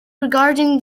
regarding